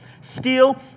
steal